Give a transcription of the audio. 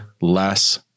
less